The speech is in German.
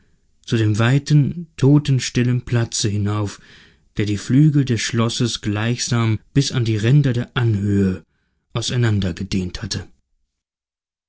verbindung zu dem weiten totenstillen platze hinauf der die flügel des schlosses gleichsam bis an die ränder der anhöhe auseinandergedehnt hatte